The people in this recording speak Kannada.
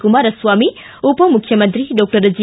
ಕುಮಾರಸ್ವಾಮಿ ಉಪಮುಖ್ಯಮಂತ್ರಿ ಡಾಕ್ಟರ್ ಜಿ